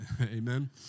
Amen